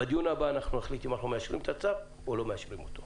בדיון הבא אנחנו נחליט אם אנחנו מאשרים את הצו או לא מאשרים אותו.